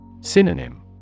Synonym